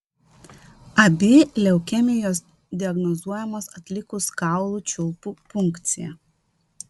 abi leukemijos diagnozuojamos atlikus kaulų čiulpų punkciją